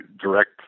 direct